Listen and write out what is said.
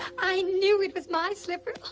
i knew it was my slipper!